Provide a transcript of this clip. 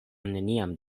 neniam